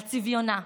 על צביונה,